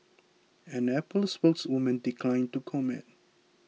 an Apple spokeswoman declined to comment